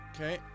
Okay